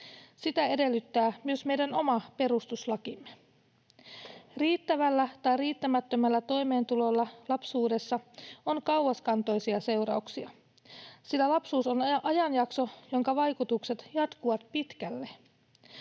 Sitä edellyttää myös meidän oma perustuslakimme. Riittävällä tai riittämättömällä toimeentulolla lapsuudessa on kauaskantoisia seurauksia, sillä lapsuus on ajanjakso, jonka vaikutukset jatkuvat pitkälle.